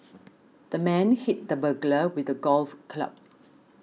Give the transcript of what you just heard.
the man hit the burglar with a golf club